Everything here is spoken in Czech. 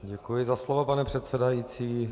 Děkuji za slovo, pane předsedající.